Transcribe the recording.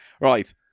Right